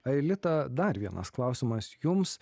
aelita dar vienas klausimas jums